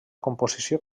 composició